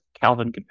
Calvin